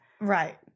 Right